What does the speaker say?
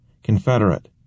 Confederate